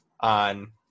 on